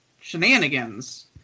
shenanigans